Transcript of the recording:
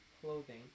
clothing